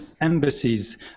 embassies